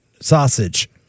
sausage